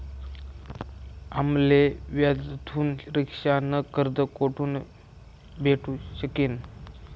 आम्ले व्याजथून रिक्षा न कर्ज कोठून भेटू शकीन